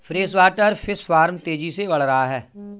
freshwater fish farm तेजी से बढ़ रहा है